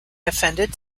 offended